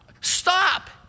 Stop